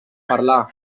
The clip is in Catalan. parlar